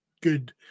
good